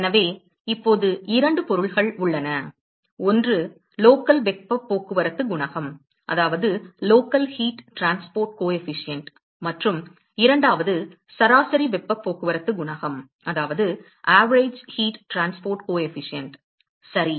எனவே இப்போது இரண்டு பொருள்கள் உள்ளன ஒன்று லோக்கல் வெப்பப் போக்குவரத்து குணகம் மற்றும் இரண்டாவது சராசரி வெப்பப் போக்குவரத்து குணகம் சரி